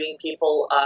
people